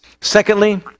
Secondly